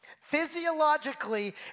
Physiologically